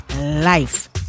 life